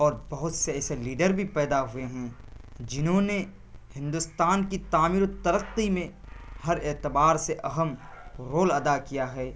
اور بہت سے ایسے لیڈر بھی پیدا ہوئے ہیں جنہوں نے ہندوستان کی تعمیر و ترقی میں ہر اعتبار سے اہم رول ادا کیا ہے